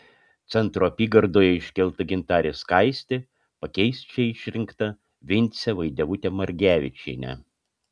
centro apygardoje iškelta gintarė skaistė pakeis čia išrinktą vincę vaidevutę margevičienę